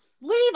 Leave